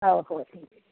ह हो ठीक